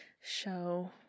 show